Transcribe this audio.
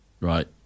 right